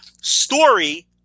story